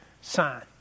sign